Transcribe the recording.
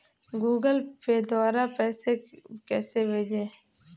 Google Pay द्वारा पैसे कैसे भेजें?